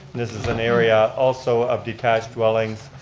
this is an area also of detached dwellings.